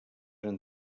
eren